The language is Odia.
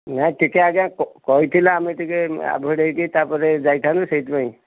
ନା ଟିକେ ଆଜ୍ଞା କ କହିଥିଲେ ଆମେ ଟିକେ ଆଭଏଡ୍ ହେଇକି ତା'ପରେ ଯାଇଥାଆନ୍ତୁ ସେଇଥିପାଇଁ